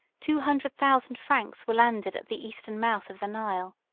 two hundred thousand franks were landed at the eastern mouth of the nile.